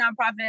nonprofit